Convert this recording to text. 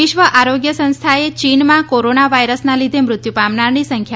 વિશ્વ આરોગ્ય સંસ્થા એ ચીનમાં કોરોના વાયરસના લીધે મૃત્યુ પામનારની સંખ્યા